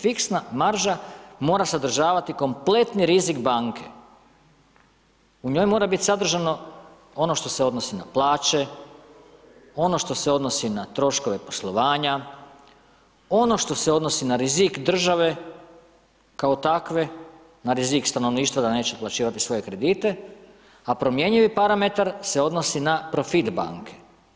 Fiksna marža mora sadržavati kompletni rizik banke, u njoj mora biti sadržano ono što se odnosi na plaće, ono što se odnosi na troškove poslovanja, ono što se odnosi na rizik države, kao takve, na rizik stanovništva da neće otplaćivati svoje kredite a promjenjivi parametar se odnosi na profit banke.